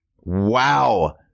Wow